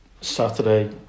Saturday